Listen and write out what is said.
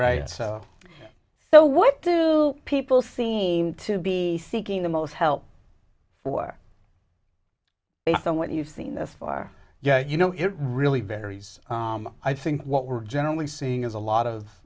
right so so what do people seem to be seeking the most help for based on what you've seen this far you know it really varies i think what we're generally seeing is a lot of